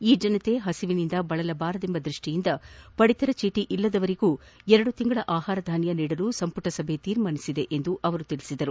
ಈ ಜನತೆ ಹುಸಿನಿಂದ ಬಳಲಬಾರದೆಂಬ ದೃಷ್ಟಿಯಿಂದ ಪಡಿತರ ಚೀಟಿ ಇಲ್ಲದವರಿಗೂ ಎರಡು ತಿಂಗಳ ಆಹಾರಧಾನ್ಯ ನೀಡಲು ಸಂಪುಟ ಸಭೆ ತೀರ್ಮಾನಿಸಿದೆ ಎಂದು ಅವರು ತಿಳಿಸಿದರು